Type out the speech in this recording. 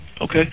Okay